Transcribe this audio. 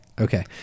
Okay